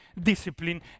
discipline